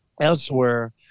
elsewhere